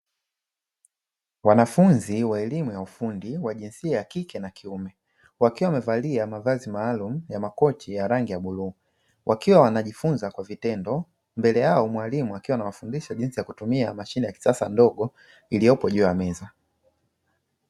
Wanafunzi wa elimu ya ufundi wa jinsia ya kike na kiume, wakiwa wamevalia mavazi maalumu ya makoti ya rangi ya bluu, wakiwa wanajifunza kwa vitendo mbele yao mwalimu akiwa anawafundisha jinsi ya kutumia mashine ya kisasa ndogo iliyopo juu ya meza.